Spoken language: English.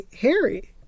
Harry